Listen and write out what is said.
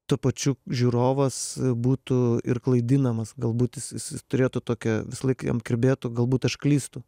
tuo pačiu žiūrovas būtų ir klaidinamas galbūt jis jis jis turėtų tokią visąlaik jam kirbėtų galbūt aš klystu